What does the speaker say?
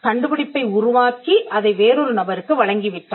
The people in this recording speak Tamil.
கண்டுபிடிப்பை உருவாக்கி அதை வேறொரு நபருக்கு வழங்கிவிட்டார்